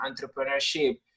entrepreneurship